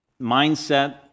mindset